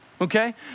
Okay